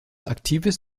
aktives